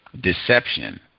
deception